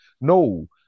No